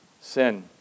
Sin